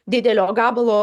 didelio gabalo